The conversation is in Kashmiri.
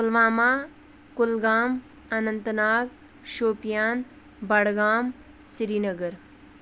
پُلواما کُلگام اننت ناگ شوپیان بڈگام سرینگر